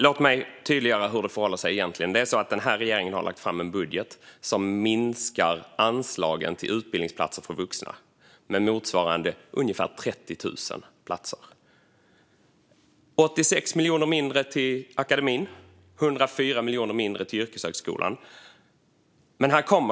Låt mig tydliggöra hur det egentligen förhåller sig. Regeringen har lagt fram en budget som minskar anslagen till utbildningsplatser för vuxna med motsvarande 30 000 platser. Det blir 86 miljoner mindre till akademin och 104 miljoner mindre till yrkeshögskolan.